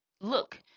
look